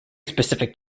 specific